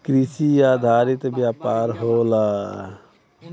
कृषि आधारित व्यापार होला